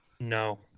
No